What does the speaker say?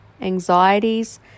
anxieties